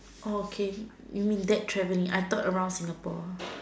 okay you mean that traveling I thought around Singapore